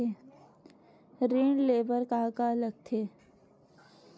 ऋण ले बर का का लगथे?